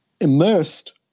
immersed